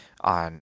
on